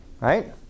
Right